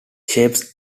shapes